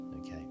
Okay